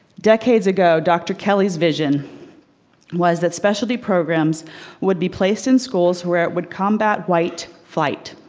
decades ago, dr. kelly's vision was that specialty programs would be placed in schools where would combat white flight.